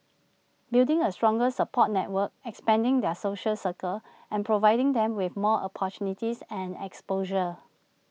building A stronger support network expanding their social circles and providing them with more opportunities and exposure